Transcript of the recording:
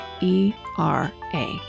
E-R-A